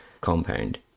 compound